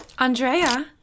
Andrea